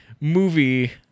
movie